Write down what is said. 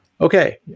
Okay